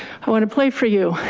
i want to play for you.